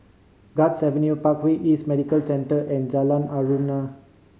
Guards Avenue Parkway East Medical Centre and Jalan Aruan